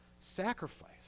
sacrifice